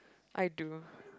I do